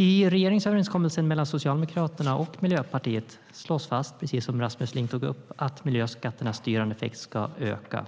I regeringsöverenskommelsen mellan Socialdemokraterna och Miljöpartiet slås fast, precis som Rasmus Ling tog upp, att miljöskatternas styrande effekt ska öka